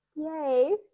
yay